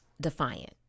defiant